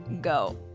Go